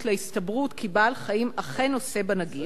להסתברות שבעל-חיים אכן נושא נגיף,